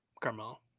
carmel